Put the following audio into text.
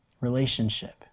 Relationship